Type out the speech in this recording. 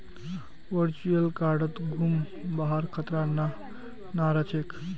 virtual कार्डत गुम हबार खतरा नइ रह छेक